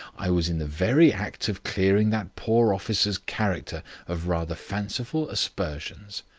i was in the very act of clearing that poor officer's character of rather fanciful aspersions.